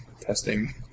testing